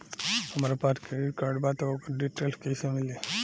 हमरा पास credit card बा त ओकर डिटेल्स कइसे मिली?